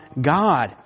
God